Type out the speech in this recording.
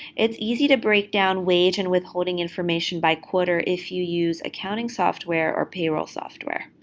it's easy to break down wage and withholding information by quarter if you use accounting software or payroll software.